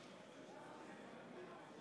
התקבלה.